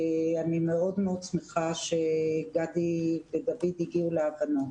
אני מאוד שמחה שגדי ודויד הגיעו להבנות.